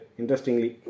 interestingly